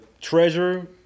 treasure